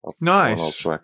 Nice